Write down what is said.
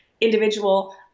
individual